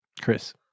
Chris